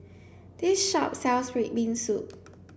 this shop sells red bean soup